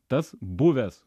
tas buvęs